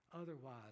otherwise